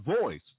voice